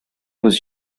was